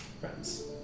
Friends